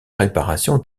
réparation